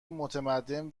متمدن